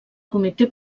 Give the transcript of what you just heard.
comitè